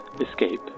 escape